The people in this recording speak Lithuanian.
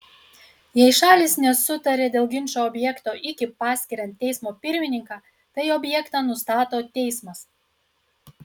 jei šalys nesutarė dėl ginčo objekto iki paskiriant teismo pirmininką tai objektą nustato teismas